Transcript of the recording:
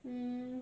mm